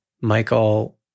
Michael